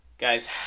Guys